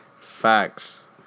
Facts